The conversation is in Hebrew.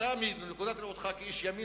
אתה מנקודת ראותך כאיש ימין,